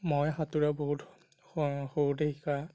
মই সাঁতোৰা বহুত সৰুতেই শিকা